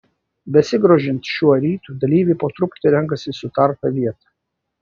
besigrožint šiuo rytu dalyviai po truputį renkasi į sutartą vietą